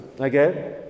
Okay